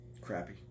crappy